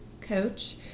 coach